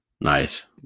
Nice